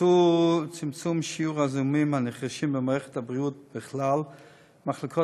צמצום שיעור הזיהומים הנרכשים במערכת הבריאות בכלל ובמחלקות